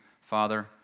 Father